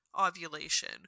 ovulation